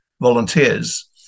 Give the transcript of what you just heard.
volunteers